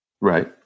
Right